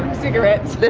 cigarettes.